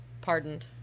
pardoned